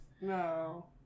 No